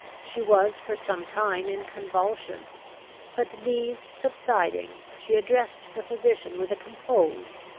she was for some time in convulsions but, these subsiding, she addressed the physician with a composed,